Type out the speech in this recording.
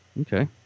Okay